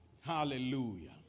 Hallelujah